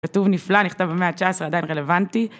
כתוב נפלא, נכתב במאה ה-19, עדיין רלוונטי.